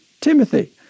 Timothy